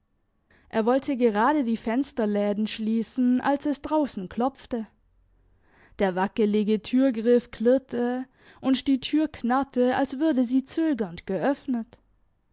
er wollte gerade die fensterläden schliessen als es draussen klopfte der wackelige türgriff klirrte und die tür knarrte als würde sie zögernd geöffnet